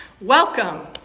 Welcome